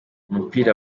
umupira